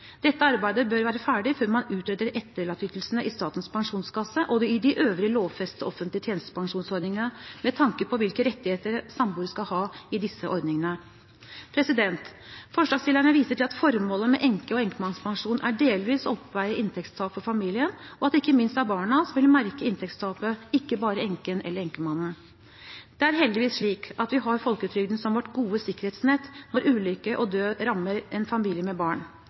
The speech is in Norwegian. Dette arbeidet bør være ferdig før man utreder etterlatteytelsene i Statens pensjonskasse og i de øvrige lovfestede offentlige tjenestepensjonsordningene med tanke på hvilke rettigheter samboere skal ha i disse ordningene. Forslagsstillerne viser til at formålet med enke-/enkemannspensjon er delvis å oppveie inntektstap for familien, og ikke minst at det er barna som vil merke inntektstapet, ikke bare enken eller enkemannen. Det er heldigvis slik at vi har folketrygden som vårt gode sikkerhetsnett når ulykke og død rammer en familie med barn.